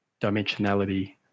dimensionality